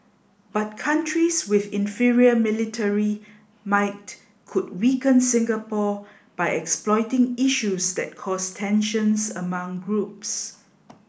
but countries with inferior military might could weaken Singapore by exploiting issues that cause tensions among groups